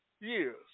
years